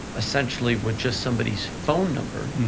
essentially, with just somebody's phone number,